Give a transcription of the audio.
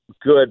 good